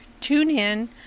TuneIn